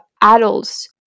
adults